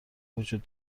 وجود